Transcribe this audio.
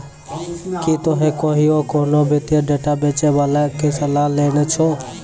कि तोहें कहियो कोनो वित्तीय डेटा बेचै बाला के सलाह लेने छो?